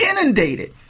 inundated